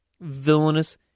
villainous